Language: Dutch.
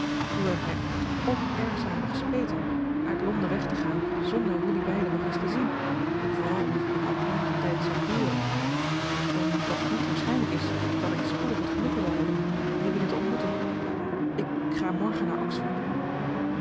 hoewel het mij toch ook erg zou hebben gespeten uit londen weg te gaan zonder jelui beiden nog eens te zien vooral omdat het nog al eenigen tijd zal duren omdat het niet waarschijnlijk is dat ik spoedig het genoegen zal hebben je weer te ontmoeten ik ga morgen naar